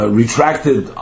retracted